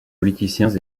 politiciens